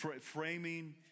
Framing